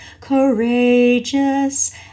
courageous